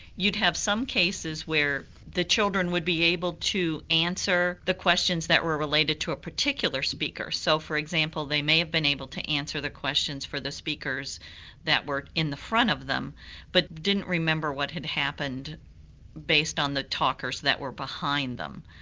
you'd have some cases where the children would be able to answer the questions that were related to a particular speaker. so for example they may have been able to answer the questions for the speakers that were in the front of them but didn't remember what had happened based on the talkers that were behind them.